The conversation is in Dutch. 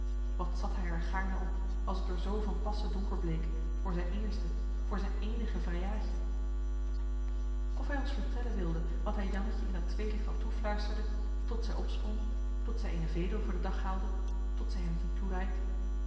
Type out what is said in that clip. wat zat hij er gaarne op als het er zoo van passen donker bleek voor zijn eerste voor zijne éénige vrijaadje of hij ons vertellen wilde wat hij jannetje in dat tweelicht al toefluisterde tot zij opsprong tot zij eene vedel voor den dag haalde tot zij hem die toereikte